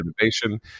innovation